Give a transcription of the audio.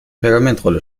pergamentrolle